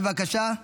בבקשה,